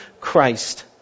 Christ